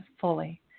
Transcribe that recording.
fully